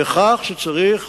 בכך שצריך,